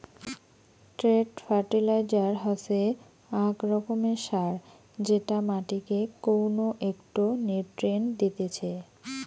straight fertiliser হসে আক রকমের সার যেটা মাটিকে কউনো একটো নিউট্রিয়েন্ট দিতেছে